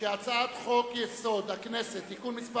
הצעת חוק-יסוד: הכנסת (תיקון מס'